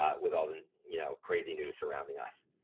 ah with all the you know crazy news surrounding us.